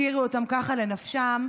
השאירו אותם ככה לנפשם,